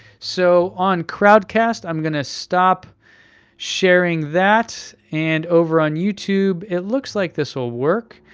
so on crowdcast, i'm gonna stop sharing that, and over on youtube, it looks like this will work.